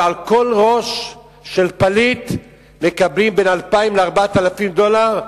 ועל כל ראש של פליט מקבלים בין 2,000 ל-4,000 דולר,